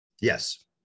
Yes